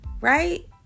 Right